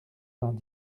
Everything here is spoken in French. vingt